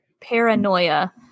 paranoia